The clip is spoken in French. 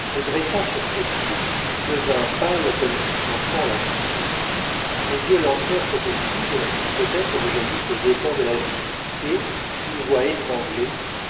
se dressa sur ses pieds devint pâle comme si son sang la quittait ses yeux lancèrent cette foudre qui peut-être ne jaillit qu'aux dépens de la vie et d'une voix étranglée